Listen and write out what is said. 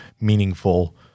meaningful